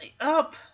up